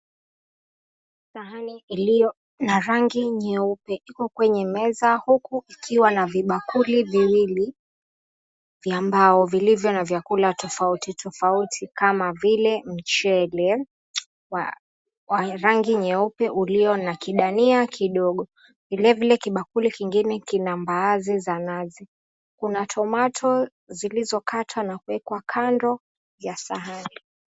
Sahani iliyo na rangi nyeupe, iko kwenye meza. Huku ikiwa na vibakuli viwili vya mbao vilivyo na vyakula tofauti tofauti kama vile; mchele, wa rangi nyeupe ulio na kidania kidogo. Vilevile, kibakuli kingine kina mbaazi za nazi. Kuna tomato zilizokatwa na kuwekwa kando ya sahani.